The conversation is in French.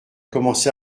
commencé